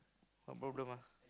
no problem ah